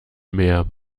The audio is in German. mehr